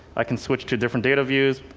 i can switch to different data views.